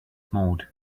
mode